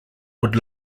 would